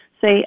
say